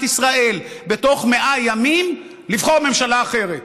ישראל בתוך 100 ימים לבחור ממשלה אחרת